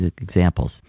examples